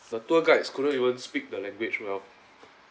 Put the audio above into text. the tour guide couldn't even speak the language well